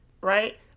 right